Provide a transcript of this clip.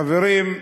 חברים,